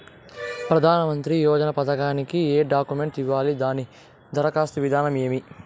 ప్రధానమంత్రి యోజన పథకానికి ఏ డాక్యుమెంట్లు ఇవ్వాలి దాని దరఖాస్తు విధానం ఏమి